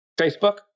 Facebook